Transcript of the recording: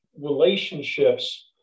relationships